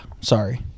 sorry